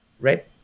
right